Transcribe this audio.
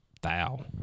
thou